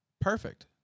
perfect